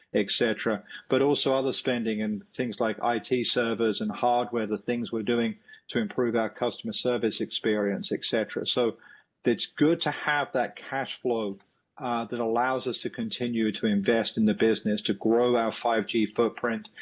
et cetera but also other spending in things like i t. service and hardware, the things we're doing to improve our customer service experience, et cetera. so it's good to have that cash flow that allows us to continue to invest in the business, to grow our five g footprint,